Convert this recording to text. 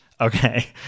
okay